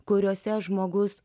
kuriose žmogus